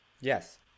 yes